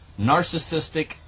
narcissistic